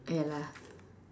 ya lah